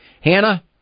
Hannah